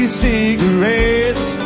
cigarettes